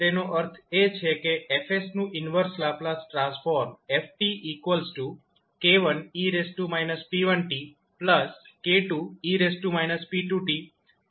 તેનો અર્થ એ છે કે F નું ઈન્વર્સ લાપ્લાસ ટ્રાન્સફોર્મ 𝑓𝑡 𝑘1𝑒−𝑝1𝑡𝑘2𝑒−𝑝2𝑡⋯